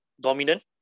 dominant